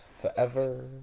forever